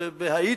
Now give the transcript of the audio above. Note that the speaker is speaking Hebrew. בהאיטי,